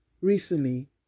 Recently